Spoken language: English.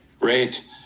Great